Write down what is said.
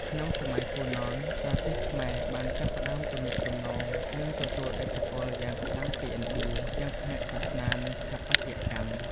ក្នុងសម័យហ្វូណន ប្រទេសខ្មែរបានចាប់ផ្តើមទំនាក់ទំនង និងទទួលឥទ្ធិពលយ៉ាងខ្លាំងពីឥណ្ឌា ទាំងផ្នែកសាសនា និងស្ថាបត្យកម្ម។